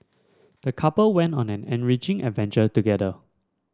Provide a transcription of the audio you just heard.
the couple went on an enriching adventure together